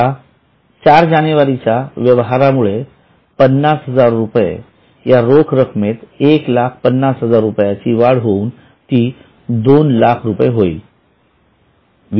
आता ४ जानेवारीच्या व्यवहारामुळे ५०००० या तोख रक्कमेत १५०००० ची वाढ होऊन ती २००००० होईल